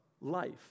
Life